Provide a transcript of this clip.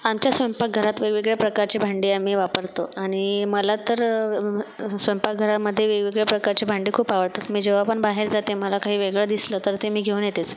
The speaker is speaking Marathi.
आमच्या स्वयंपाकघरात वेगवेगळ्या प्रकारची भांडी आम्ही वापरतो आणि मला तर स्वयंपाकघरामध्ये वेगवेगळ्या प्रकारची भांडी खूप आवडतात मी जेव्हा पण बाहेर जाते मला काही वेगळं दिसलं तर ते मी घेऊन येतेच